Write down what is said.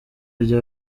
rya